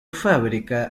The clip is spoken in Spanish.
fábrica